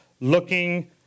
looking